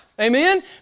Amen